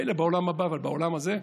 מילא בעולם הבא, אבל בעולם הזה?